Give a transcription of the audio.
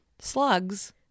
Slugs